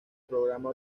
programa